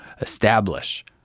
establish